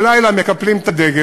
בלילה מקפלים את הדגל,